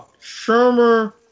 Shermer